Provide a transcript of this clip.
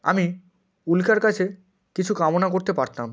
আমি উল্কার কাছে কিছু কামনা করতে পারতাম